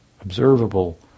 observable